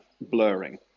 blurring